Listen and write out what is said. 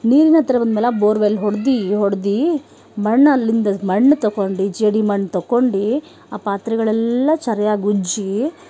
ನೀರಿನ ಹತ್ರ ಬಂದ್ಮೇಲೆ ಬೋರ್ವೆಲ್ ಹೊಡ್ದು ಹೊಡ್ದು ಮಣ್ಣು ಅಲ್ಲಿಂದ ಮಣ್ಣು ತಗೊಂಡು ಜೇಡಿ ಮಣ್ಣು ತಗೊಂಡು ಆ ಪಾತ್ರೆಗಳೆಲ್ಲ ಸರಿಯಾಗಿ ಉಜ್ಜಿ